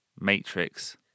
Matrix